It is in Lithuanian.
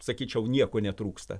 sakyčiau nieko netrūksta